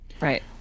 Right